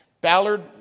Ballard